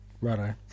Righto